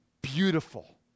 beautiful